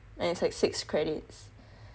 and it's like six credits